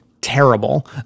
terrible